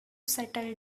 settle